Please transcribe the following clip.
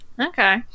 Okay